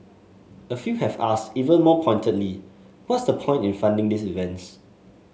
a few have asked even more pointedly what's the point in funding these events